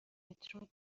مترو